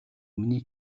миний